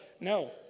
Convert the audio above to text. No